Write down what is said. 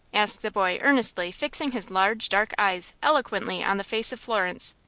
asked the boy, earnestly, fixing his large, dark eyes eloquently on the face of florence.